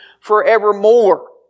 forevermore